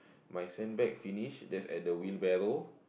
my sandbag finish that's at the wheelbarrow